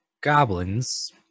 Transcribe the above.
goblins